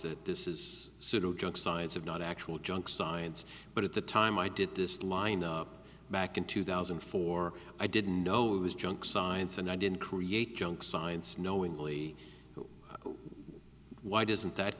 that this is sort of junk science of not actual junk science but at the time i did this line back in two thousand and four i didn't know it was junk science and i didn't create junk science knowingly why doesn't that